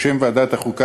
בשם ועדת החוקה,